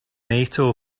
nato